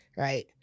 right